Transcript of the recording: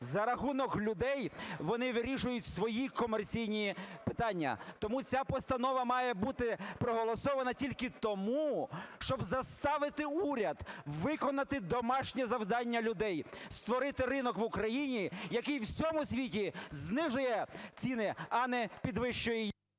За рахунок людей вони вирішують свої комерційні питання. Тому ця постанова має бути проголосована тільки тому, щоб заставити уряд виконати домашнє завдання людей – створити ринок в Україні, який у всьому світі знижує ціни, а не підвищує…